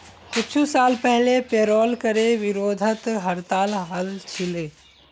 कुछू साल पहले पेरोल करे विरोधत हड़ताल हल छिले